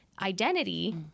identity